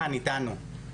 כאן איתנו,